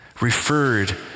referred